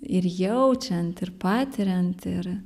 ir jaučiant ir patiriant ir